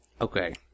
Okay